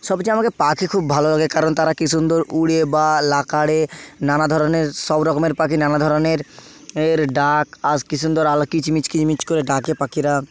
সবচেয়ে আমাকে পাখি খুব ভালো লাগে কারণ তারা কি সুন্দর উড়ে বা লাকারে নানা ধরনের সব রকমের পাখি নানা ধরনের এর ডাক আশ কি সুন্দর আলো কিচমিচ কিচমিচ করে ডাকে পাখিরা